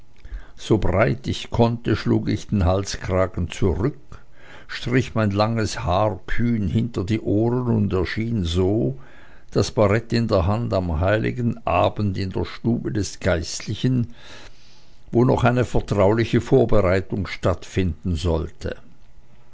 so breit ich konnte schlug ich den halskragen zurück strich mein langes haar kühn hinter die ohren und erschien so das barett in der hand am heiligen abend in der stube des geistlichen wo noch eine vertrauliche vorbereitung stattfinden sollte